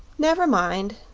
never mind,